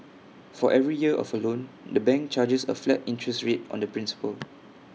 for every year of loan the bank charges A flat interest rate on the principal